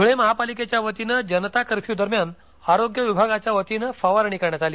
धुळे महापालिकेच्या वतीनं जनता कर्फ्यू दरम्यान आरोग्य विभागाच्यावतीनं फवारणी करण्यात आली